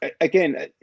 again